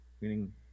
meaning